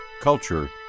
culture